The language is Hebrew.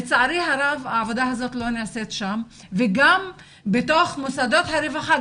לצערי הרב העבודה הזאת לא נעשית שם וגם בתוך מוסדות הרווחה.